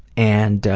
and ah,